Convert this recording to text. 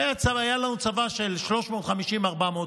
והיה לנו צבא של 350,000 400,000,